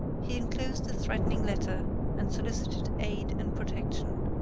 he enclosed the threatening letter and solicited aid and protection.